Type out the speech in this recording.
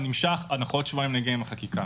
ירקה עליו.